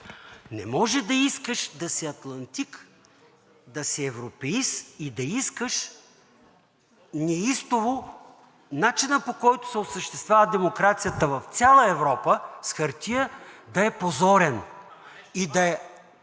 Не може да искаш да си атлантик, да си европеист и да искаш неистово начина, по който се осъществява демокрацията в цяла Европа с хартия, да е позорен и да е…